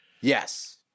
Yes